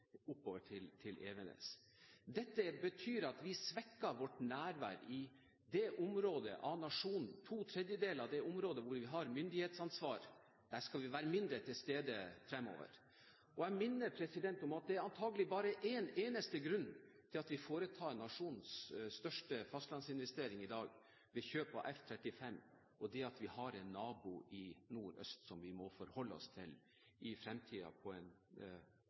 oppover til Evenes. Dette betyr at vi svekker vårt nærvær i to tredjedeler av det området i landet hvor vi har myndighetsansvar – der skal vi være mindre til stede fremover. Jeg minner om at det antagelig bare er én eneste grunn til at vi vedtar nasjonens største fastlandsinvestering i dag ved kjøp av F-35, og det er at vi har en nabo i nordøst som vi må forholde oss til i fremtiden på en